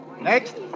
Next